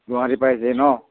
গুৱাহাটী পাইছেহি নহ্